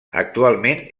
actualment